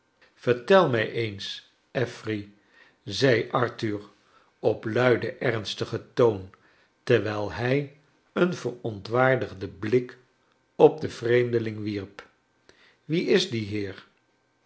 vertel mij eens affery zei arthur op luiden ernstigen toon terwijl hij een verontwaardigden blik op den vreemdeling wierp wie is die heer